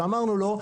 ואמרנו לו,